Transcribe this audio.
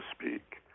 speak